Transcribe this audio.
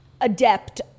adept